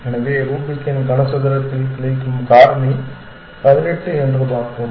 எனவே ரூபிக்கின் கனசதுரத்தில் கிளைக்கும் காரணி பதினெட்டு என்று பார்த்தோம்